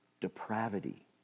depravity